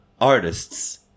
artists